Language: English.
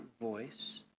voice